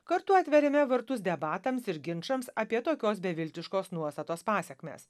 kartu atveriame vartus debatams ir ginčams apie tokios beviltiškos nuostatos pasekmes